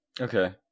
Okay